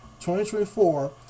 2024